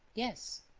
yes.